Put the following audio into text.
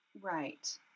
Right